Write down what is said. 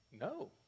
no